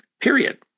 period